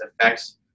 affects